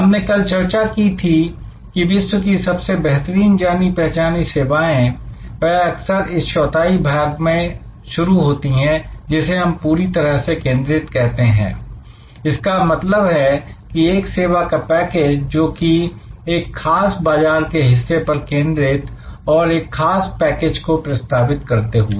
हमने कल चर्चा की थी कि विश्व की सबसे बेहतरीन जानी पहचानी सेवाएं वह अक्सर इस चौथाई भाग में शुरू होती है जिसे हम पूरी तरह से केंद्रित कहते हैं इसका मतलब है कि एक सेवा का पैकेज जोकि एक किसी खास बाजार के हिस्से पर केंद्रित है और एक खास पैकेज को प्रस्तावित करते हुए